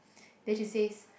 then she says